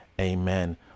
amen